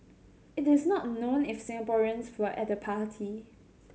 it is not known if Singaporeans were at the party